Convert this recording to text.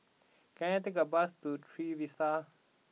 can I take a bus to Trevista